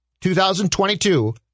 2022